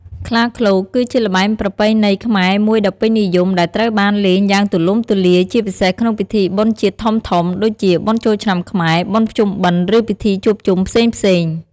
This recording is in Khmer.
ខ្លាឃ្លោក គឺជាល្បែងប្រពៃណីខ្មែរមួយដ៏ពេញនិយម ដែលត្រូវបានលេងយ៉ាងទូលំទូលាយ ជាពិសេសក្នុងពិធីបុណ្យជាតិធំៗ ដូចជាបុណ្យចូលឆ្នាំខ្មែរ បុណ្យភ្ជុំបិណ្ឌ ឬពិធីជួបជុំផ្សេងៗ។